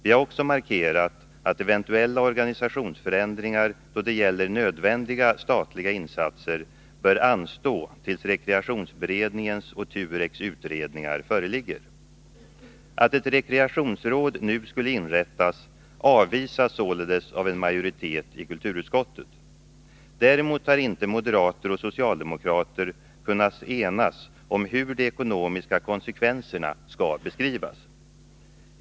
Vi har också markerat att eventuella organisationsförändringar då det gäller nödvändiga statliga insatser bör anstå tills rekreationsberedningens och TUREK:s utredningar föreligger. Att ett rekreationsråd nu skulle inrättas avvisas således av en majoritet i kulturutskottet. Däremot har inte moderater och socialdemokrater kunnat enas om hur de ekonomiska konsekvenserna skall beskrivas.